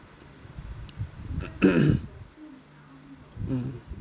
mm